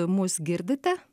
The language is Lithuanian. mus girdite